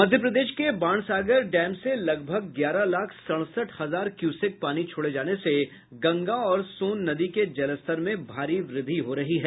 मध्य प्रदेश के बाणसागर डैम से लगभग ग्यारह लाख सड़सठ हजार क्यूसेक पानी छोड़े जाने से गंगा और सोन नदी के जलस्तर में भारी वृद्धि हो रही है